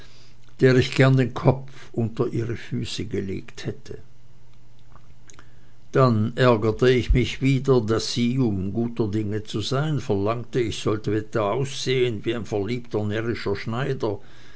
der ich gern den kopf unter ihre füße gelegt hätte dann ärgerte ich mich wieder daß sie um guter dinge zu sein verlangte ich sollte etwa aussehen wie ein verliebter närrischer schneider